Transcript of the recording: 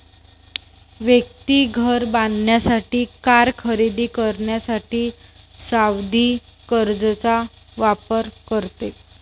व्यक्ती घर बांधण्यासाठी, कार खरेदी करण्यासाठी सावधि कर्जचा वापर करते